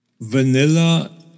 Vanilla